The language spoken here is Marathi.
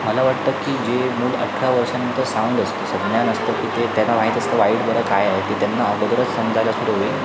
मला वाटतं की जे मूल अठरा वर्षानंतर साऊंड असतं सज्ञान असतं की ते त्यांना माहीत असतं वाईट बरं काय आहे ते त्यांना अगोदरच समजायला सुरू होईल